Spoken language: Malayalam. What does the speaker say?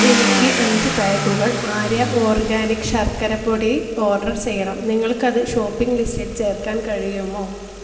എനിക്ക് അഞ്ച് ബാഗുകൾ ആര്യ ഓർഗാനിക്ക് ശർക്കര പൊടി ഓർഡർ ചെയ്യണം നിങ്ങൾക്കത് ഷോപ്പിംഗ് ലിസ്റ്റിൽ ചേർക്കാൻ കഴിയുമോ